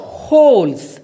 holes